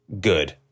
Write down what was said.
good